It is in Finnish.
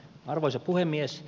arvoisa puhemies